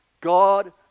God